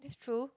that's true